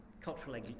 Cultural